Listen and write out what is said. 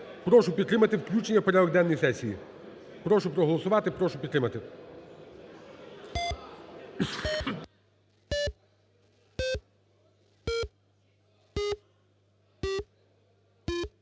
Прошу підтримати включення в порядок денний сесії. Прошу проголосувати. Прошу підтримати.